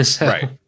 Right